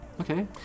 Okay